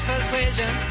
persuasion